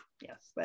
yes